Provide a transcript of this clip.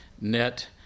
net